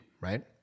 right